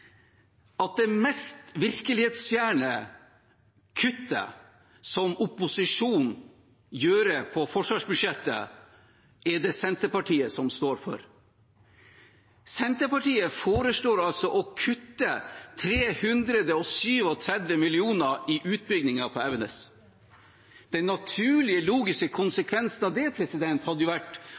at det mest virkelighetsfjerne kuttet opposisjonen gjør i forsvarsbudsjettet, er det Senterpartiet som står for. Senterpartiet foreslår å kutte 337 mill. kr i utbyggingen på Evenes. Den naturlige, logiske konsekvensen av det hadde jo vært